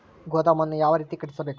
ಗೋದಾಮನ್ನು ಯಾವ ರೇತಿ ಕಟ್ಟಿಸಬೇಕು?